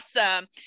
awesome